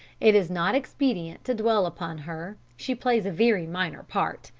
it is not expedient to dwell upon her she plays a very minor part,